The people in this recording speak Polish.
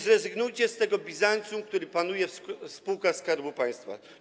Zrezygnujcie z tego Bizancjum, które panuje w spółkach Skarbu Państwa.